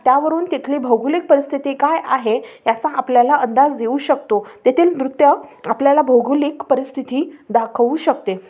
त्यावरून तिथली भौगोलिक परिस्थिती काय आहे याचा आपल्याला अंदाज येऊ शकतो तेथील नृत्य आपल्याला भौगोलिक परिस्थिती दाखवू शकते